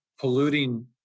polluting